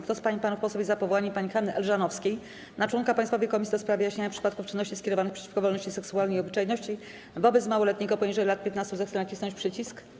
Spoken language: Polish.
Kto z pań i panów posłów jest za powołaniem pani Hanny Elżanowskiej na członka Państwowej Komisji do spraw wyjaśniania przypadków czynności skierowanych przeciwko wolności seksualnej i obyczajności wobec małoletniego poniżej lat 15, zechce nacisnąć przycisk.